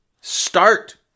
Start